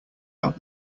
out